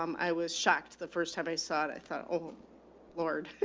um i was shocked the first time i saw it, i thought, oh lord.